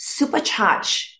supercharge